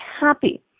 happy